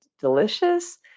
delicious